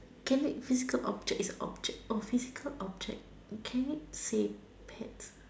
can wait physical object is object oh physical object can it say pets